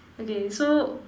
okay so